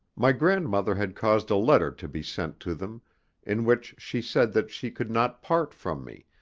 my grandmother had caused a letter to be sent to them in which she said that she could not part from me,